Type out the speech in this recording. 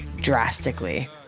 drastically